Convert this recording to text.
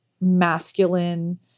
Masculine